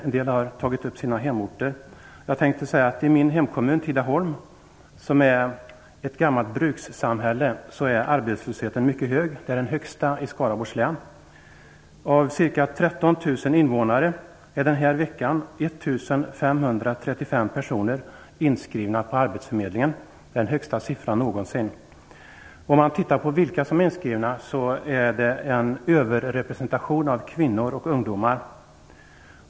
Vissa har tagit upp sina hemorter. I min hemkommun Tidaholm, som är ett gammalt brukssamhälle, är arbetslösheten mycket hög. Där är den högst i Skaraborgs län. Av ca 13 000 invånare är den här veckan 1 535 personer inskrivna på arbetsförmedlingen. Det är den högsta siffran någonsin. Om man tittar på vilka som är inskrivna finner man att det är en överrepresentation av kvinnor och ungdomar.